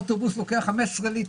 אוטובוס לוקח 15 ליטרים.